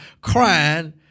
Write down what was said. crying